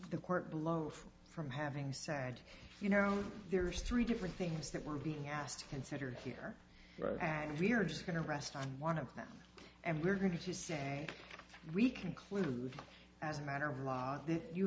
the court below from having said you know there's three different things that we're being asked to consider here and we're just going to rest on one of them and we're going to say we conclude as a matter of law this you